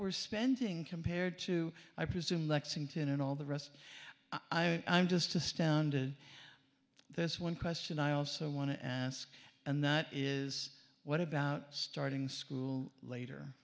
we're spending compared to i presume lexington and all the rest i'm just astounded there's one question i also want to ask and that is what about starting school later